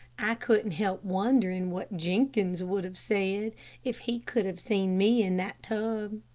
i couldn't help wondering what jenkins would have said if he could have seen me in that tub.